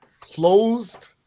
closed